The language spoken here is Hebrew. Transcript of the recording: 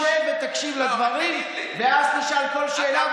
אז עכשיו שב ותקשיב לדברים ואז תשאל כל שאלה,